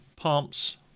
pumps